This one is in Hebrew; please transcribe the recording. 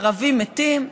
ערבים מתים,